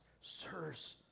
Sirs